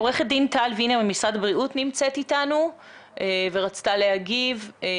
עו"ד טל וינר ממשרד הבריאות איתנו ורוצה להגיב.